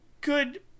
good